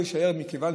שזה לא יישאר כך,